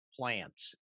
plants